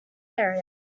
area